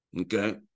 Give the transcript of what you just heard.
Okay